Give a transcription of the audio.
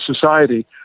society